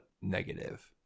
negative